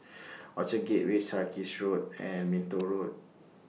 Orchard Gateway Sarkies Road and Minto Road